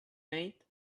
mate